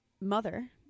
mother